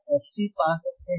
bandwidth fH minus fL है